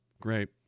great